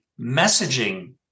messaging